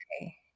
Okay